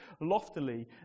Loftily